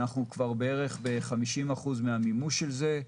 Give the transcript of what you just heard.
אנחנו כבר בערך ב-50% מהמימוש של זה,